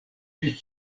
pri